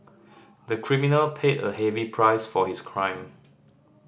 the criminal paid a heavy price for his crime